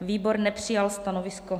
Výbor nepřijal stanovisko.